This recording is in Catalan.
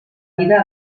vida